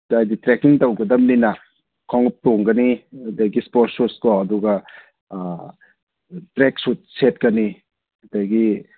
ꯍꯥꯏꯗꯤ ꯇ꯭ꯔꯦꯛꯀꯤꯡ ꯇꯧꯒꯗꯝꯅꯤꯅ ꯈꯣꯡꯎꯞ ꯇꯣꯡꯒꯅꯤ ꯑꯗꯒꯤ ꯏꯁꯄꯣꯔꯠ ꯁꯨꯁꯀꯣ ꯑꯗꯨꯒ ꯑꯥ ꯇ꯭ꯔꯦꯛ ꯁꯨꯠ ꯁꯦꯠꯀꯅꯤ ꯑꯗꯒꯤ